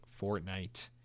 Fortnite